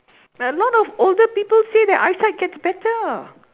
a lot of older people say that eyesight getting better